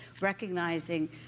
recognizing